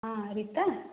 ହଁ ରୀତା